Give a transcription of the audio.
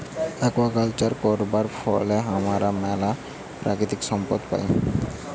aquaculture করবার ফলে হামরা ম্যালা প্রাকৃতিক সম্পদ পাই